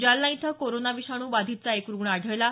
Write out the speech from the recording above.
जालना इथं कोरोना विषाणू बाधितचा एक रुग्ण आढळला आहे